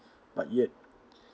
but yet